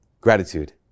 Gratitude